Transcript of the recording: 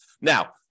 Now